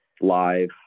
live